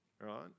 right